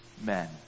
men